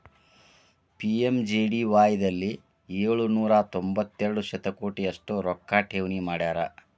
PMJDY ದಲ್ಲಿ ಏಳು ನೂರ ತೊಂಬತ್ತೆರಡು ಶತಕೋಟಿ ಅಷ್ಟು ರೊಕ್ಕ ಠೇವಣಿ ಮಾಡ್ಯಾರ